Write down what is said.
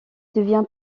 devient